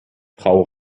frau